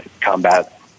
combat